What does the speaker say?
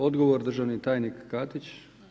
Odgovor, državni tajnik Katić.